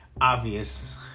obvious